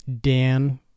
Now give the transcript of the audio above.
Dan